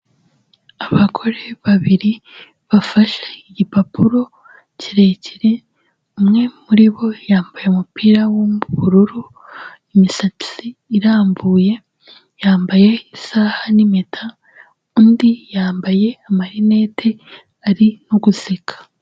Abagore babiri bafashe igipapuro kirekire, umwe muri bo yambaye umupira w'ubururu, imisatsi irambuye, yambaye isaha n'impeta, undi yambaye amarinete ari no guseka.